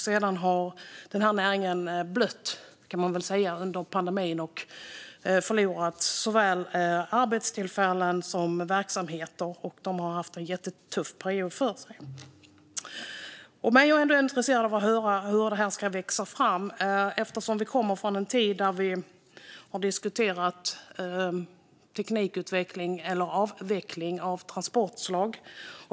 Sedan har den här näringen blött under pandemin, kan man väl säga, och förlorat såväl arbetstillfällen som verksamheter. Den har haft en jättetuff period. Jag är ändå intresserad av att höra hur detta ska växa fram. Vi kommer ju från en tid då vi har diskuterat teknikutveckling - eller avveckling av transportslag.